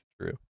True